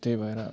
त्यही भएर